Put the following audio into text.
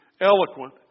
eloquent